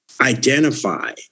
identify